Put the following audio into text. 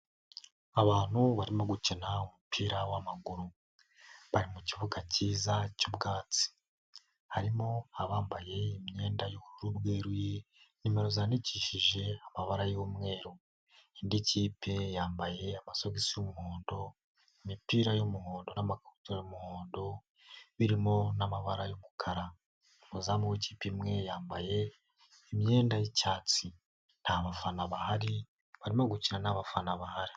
Abantu barimo gukina umupira w'amaguru, bari mukibuga kiza cy'ubwatsi, harimo abambaye imyenda y'ubururu bwerurutse, nimero zandikishije amabara y'umweru, indi kipe yambaye amasogisi y'umuhondo imipira y'umuhondo n'amakabutura y'umuhondo birimo n'amabara y'umukara, umuzamu w'ikipe imwe yambaye imyenda y'icyatsi, nta bafana bahari barimo gukina nta bafana bahari.